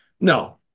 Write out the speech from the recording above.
no